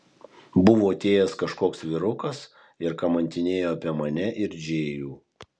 buvo atėjęs kažkoks vyrukas ir kamantinėjo apie mane ir džėjų